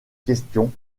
questions